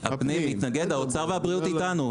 האוצר והבריאות איתנו.